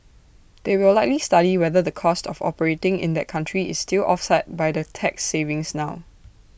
they will likely study whether the cost of operating in that country is still offset by the tax savings now